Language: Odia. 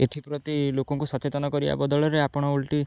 ଏଥିପ୍ରତି ଲୋକଙ୍କୁ ସଚେତନ କରିବା ବଦଳରେ ଆପଣ ଓଲଟି